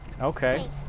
Okay